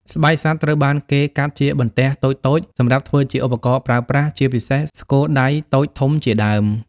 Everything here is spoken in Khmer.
ស្បែកសត្វត្រូវបានគេកាត់ជាបន្ទះតូចៗសម្រាប់ធ្វើជាឧបករណ៍ប្រើប្រាស់ ជាពិសេស ស្គរដៃតូចធំជាដើម។